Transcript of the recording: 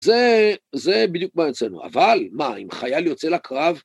זה בדיוק מה יוצא לנו. אבל מה, אם חייל יוצא לקרב...